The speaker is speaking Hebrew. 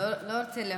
אינה נוכחת ג'ידא,